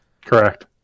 Correct